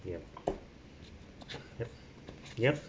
yup yup yup